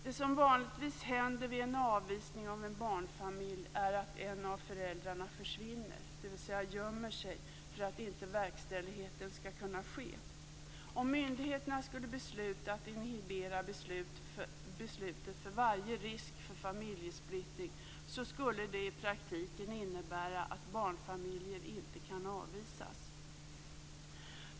Det som vanligtvis händer vid en avvisning av en barnfamilj är att en av föräldrarna försvinner, dvs. gömmer sig, för att inte verkställigheten skall kunna ske. Om myndigheterna skulle besluta att inhibera beslut för varje risk för familjesplittring så skulle det i praktiken innebära att barnfamiljer inte kan avvisas.